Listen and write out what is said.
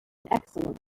excellent